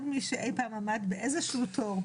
כל מי שאי פעם עמד באיזה שהוא תור,